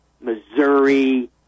Missouri